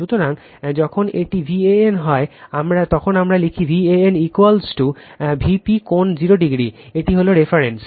সুতরাং যখন এটি ভ্যান হয় তখন আমরা লিখি Van Vp কোণ 0o এটি হল রেফারেন্স